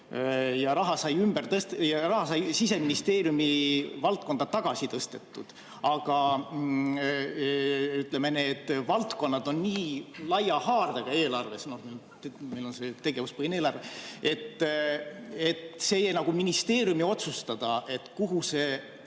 ja raha tõsteti Siseministeeriumi valdkonda tagasi. Aga ütleme, need valdkonnad on nii laia haardega eelarves – meil on see tegevuspõhine eelarve –, et see jäi nagu ministeeriumi otsustada, kuhu see